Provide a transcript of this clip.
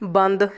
ਬੰਦ